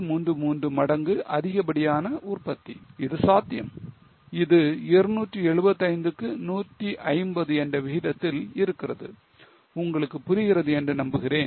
833 மடங்கு அதிகப்படியான உற்பத்தி இது சாத்தியம் இது 275 க்கு 150 என்ற விகிதத்தில் இருக்கிறது உங்களுக்குப் புரிகிறது என்று நம்புகிறேன்